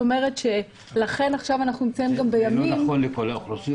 זה לא נכון לכל האוכלוסיות.